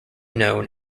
known